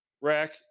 rack